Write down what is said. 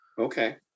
okay